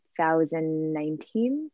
2019